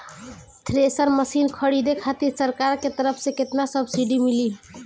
Thresher machine खरीदे खातिर सरकार के तरफ से केतना सब्सीडी मिली?